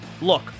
Look